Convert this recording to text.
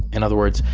in other words,